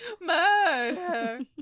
murder